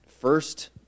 first